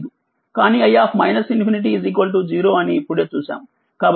కానీ i0 అని ఇప్పుడే చూసాము